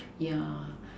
yeah